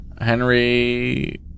Henry